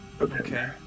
Okay